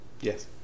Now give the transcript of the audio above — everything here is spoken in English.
Yes